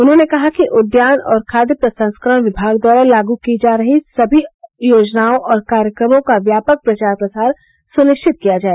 उन्होंने कहा कि उद्यान और खाद्य प्रसंस्करण विभाग द्वारा लागू की जा रही समी योजनाओं और कार्यक्रमों का व्यापक प्रचार प्रसार सुनिश्चित किया जाय